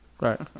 Right